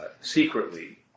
secretly